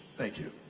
thank you.